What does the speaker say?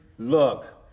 Look